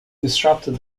disrupted